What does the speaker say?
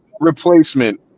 replacement